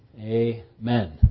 Amen